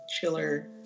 Chiller